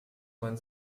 man